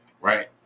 right